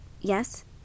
Yes